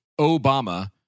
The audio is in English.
Obama